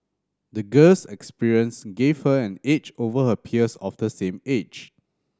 the girl's experience gave her an edge over her peers of the same age